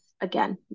again